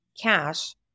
cash